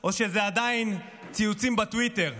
או שזה עדיין ציוצים בטוויטר?